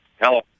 Hello